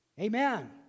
Amen